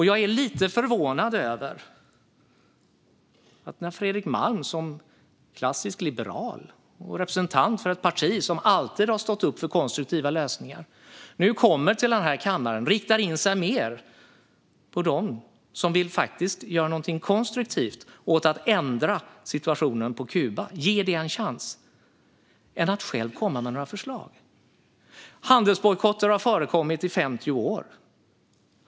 Jag är lite förvånad över att Fredrik Malm som klassisk liberal och representant för ett parti som alltid har stått upp för konstruktiva lösningar nu kommer till den här kammaren och riktar in sig mer på dem som faktiskt vill göra någonting konstruktivt för att ändra situationen på Kuba, att ge det en chans, än att själv komma med några förslag. Handelsbojkotter har förekommit i 50 år.